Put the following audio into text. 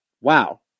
Wow